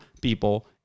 people